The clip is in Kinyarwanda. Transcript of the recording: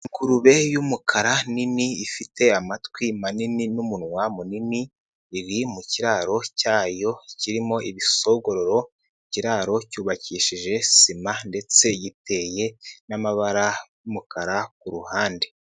Ingurube y'umukara nini ifite amatwi manini n'umunwa munini, iri mu kiraro cyayo kirimo ibisogororo ,ikiraro cyubakishije sima ndetse giteye n'amabara y'umukara ku ruhande.